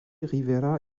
rivera